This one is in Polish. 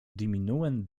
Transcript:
diminuen